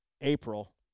April